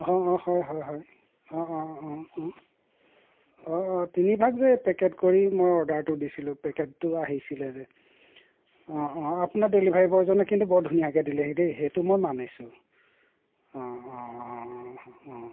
অঁ অঁ হয় হয় হয় অঁ অঁ অঁ অঁ অঁ অঁ তিনিভাগ যে পেকেট কৰি মই অৰ্ডাৰটো দিছিলোঁ পেকেটটো আহিছিলে যে অঁ অঁ আপোনাৰ ডেলিভাৰি বয়জনে কিন্তু বৰ ধুনীয়াকৈ দিলেহি দেই সেইটো মই মানিছো অঁ অঁ অঁ অঁ অঁ